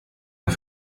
der